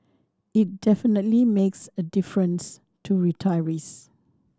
it definitely makes a difference to retirees